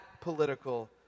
political